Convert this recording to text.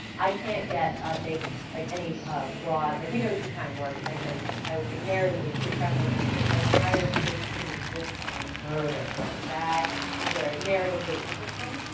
i can't yet ah make like any ah broad, like we know true crime works. cuz i always say, narratively, true crime works because what higher stakes could exist then murder? like that is where, narratively interesting,